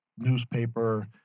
newspaper